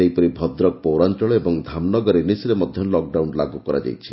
ସେହିପରି ଭଦ୍ରକ ପୌରାଞଳ ଓ ଧାମନଗର ଏନଏସିରେ ମଧ୍ଧ ଲକ୍ଡାଉନ ଲାଗୁ କରାଯାଇଛି